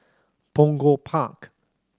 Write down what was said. Punggol Park